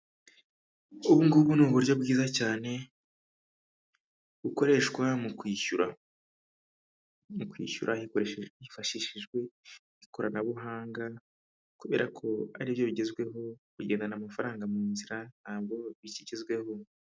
Ubu ngubu ni uburyo bwiza cyane bukoreshwa mu kwishyura, mu kwishyura hifashishijwe ikoranabuhanga kubera ko aribyo bigezweho kugendana amafaranga mu nzira ntabwo bikigezweho.